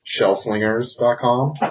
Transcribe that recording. shellslingers.com